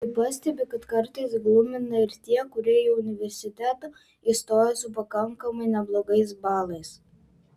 ji pastebi kad kartais glumina ir tie kurie į universitetą įstoja su pakankamai neblogais balais